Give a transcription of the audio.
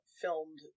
filmed